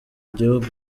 igihugu